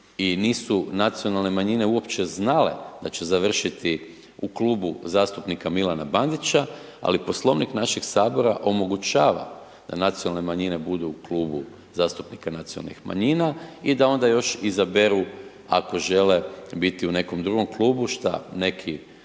i nisu nacionalne manjine uopće znale da će završiti u Klubu zastupnika Milana Bandića, ali Poslovnik našeg sabora omogućava da nacionalne manjine budu u Klubu zastupnika nacionalnih manjina i da onda još izaberu, ako žele biti u nekom drugom klubu šta neki,